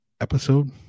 episode